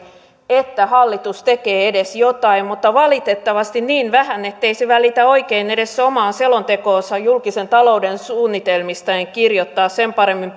että hallitus tekee edes jotain mutta valitettavasti niin vähän ettei se välitä oikein edes omaan selontekoonsa julkisen talouden suunnitelmista kirjoittaa sen paremmin